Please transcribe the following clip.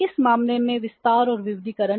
किस मामले में विस्तार और विविधीकरण